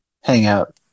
Hangout